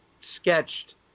sketched